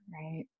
right